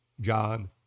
John